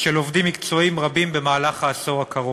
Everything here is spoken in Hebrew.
של עובדים מקצועיים רבים במהלך העשור הקרוב.